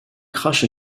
crash